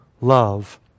Love